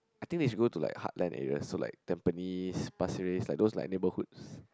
I think is go to like heartland area so like Tampines Pasir-Ris like those like neighbourhoods